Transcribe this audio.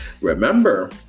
Remember